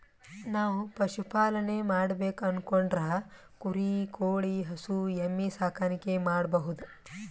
ನಾವ್ ಪಶುಪಾಲನೆ ಮಾಡ್ಬೇಕು ಅನ್ಕೊಂಡ್ರ ಕುರಿ ಕೋಳಿ ಹಸು ಎಮ್ಮಿ ಸಾಕಾಣಿಕೆ ಮಾಡಬಹುದ್